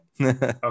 Okay